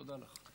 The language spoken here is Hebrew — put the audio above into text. תודה לך.